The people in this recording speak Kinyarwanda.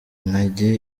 nkanjye